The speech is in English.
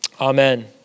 amen